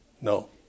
no